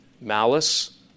Malice